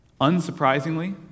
Unsurprisingly